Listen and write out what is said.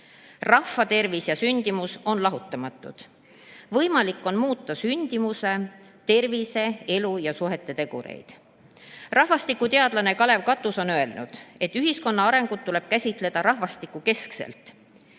Rahva tervis ja sündimus on lahutamatud. Võimalik on muuta sündimuse, tervise, elu ja suhete tegureid. Rahvastikuteadlane Kalev Katus on öelnud, et ühiskonna arengut tuleb käsitleda rahvastikukeskselt.